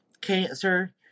cancer